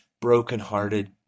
brokenhearted